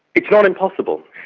it's not impossible.